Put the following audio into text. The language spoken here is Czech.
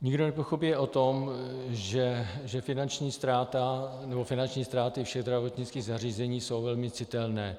Nikdo nepochybuje o tom, že finanční ztráta nebo finanční ztráty všech zdravotnických zařízení jsou velmi citelné.